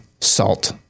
salt